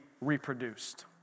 reproduced